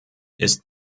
ist